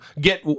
get